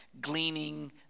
gleaning